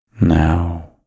Now